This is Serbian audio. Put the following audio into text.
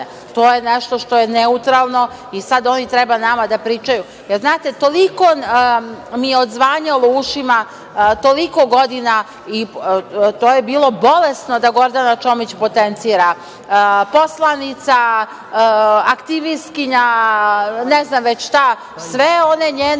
to je nešto što je neutralno i sad oni treba nama da pričaju. Znate, toliko mi je odzvanjalo u ušima toliko godina, to je bilo bolesno da Gordana Čomić potencira poslanica, aktivistkinja, ne znam već šta, svo to